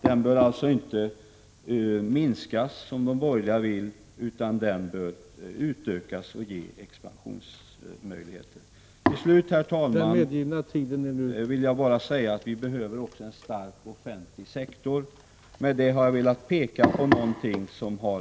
Den bör alltså inte minskas, såsom de borgerliga vill, utan den bör utökas och ges expansionsmöjligheter. Till slut, herr talman, vill jag bara säga att vi även behöver en stark offentlig sektor.